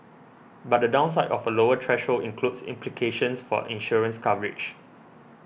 but the downside of a lower threshold includes implications for insurance coverage